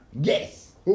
Yes